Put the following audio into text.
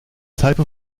type